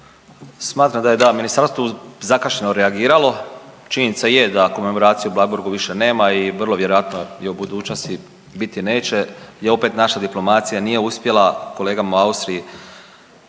Smatram da je da Ministarstvo zakašnjelo reagiralo. Činjenica je da komemoracije u Bleiburgu više nema i vrlo vjerojatno je i u budućnosti biti neće … opet naša diplomacija nije uspjela kolegama u Austriji